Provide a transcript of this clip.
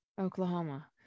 Oklahoma